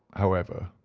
however,